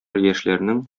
яшьләрнең